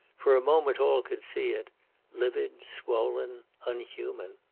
for a moment all could see it livid, swollen, unhuman.